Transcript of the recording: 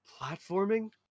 platforming